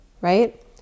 right